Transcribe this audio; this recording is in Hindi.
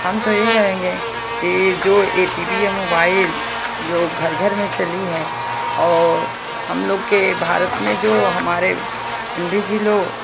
हम तो यही कहेंगे कि जो ये टी वी या मोबाइल जो घर घर में चली है और हम लोग के भारत में जो हमारे पंडित जी लोग